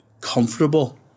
comfortable